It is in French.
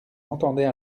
entendait